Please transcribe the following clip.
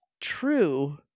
true